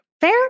Fair